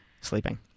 Sleeping